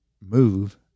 move